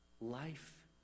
life